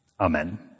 amen